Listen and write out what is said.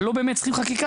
אבל לא באמת צריך חקיקה,